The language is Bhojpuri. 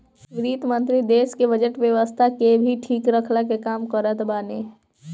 वित्त मंत्री देस के बजट व्यवस्था के भी ठीक रखला के काम करत बाने